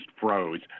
froze